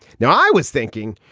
now, i was thinking,